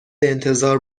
انتظار